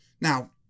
Now